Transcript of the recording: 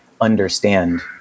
understand